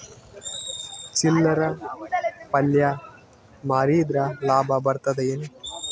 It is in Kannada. ಚಿಲ್ಲರ್ ಪಲ್ಯ ಮಾರಿದ್ರ ಲಾಭ ಬರತದ ಏನು?